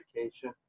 education